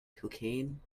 cocaine